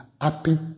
happy